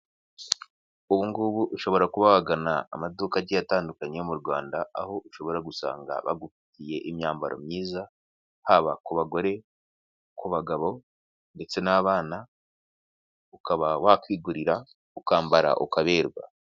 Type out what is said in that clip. Ubu ngubu ushobora kuba wagana amaduka agiye atandukanye yo mu Rwanda, aho ushobora gusanga bagufitiye imyambaro myiza, haba ku bagore ku bagabo ndetse n'abana ukaba wakwigurira ukambara ukaberwa.